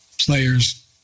players